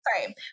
Sorry